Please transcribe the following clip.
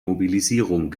mobilisierung